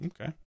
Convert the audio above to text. Okay